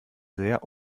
sehr